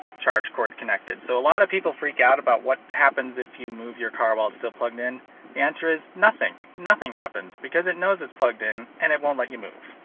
charge cord connected so a lot of people freak out about what happens if you move your car while it's still plugged in. the answer is nothing! nothing happens. because it knows its plugged in and it won't let you move.